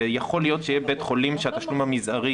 יכול להיות שיהיה בית-חולים שהתשלום המזערי